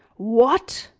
what!